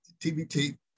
TBT